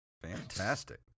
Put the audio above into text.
Fantastic